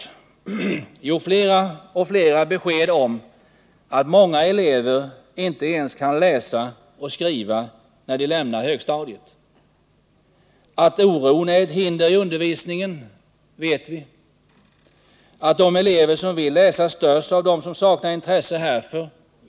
Jo, vi har fått flera och flera besked om att många elever inte kan läsa och skriva när de lämnar högstadiet. Att oron är ett hinder i undervisningen. Att de elever som vill läsa störs av dem som saknar intresse härför.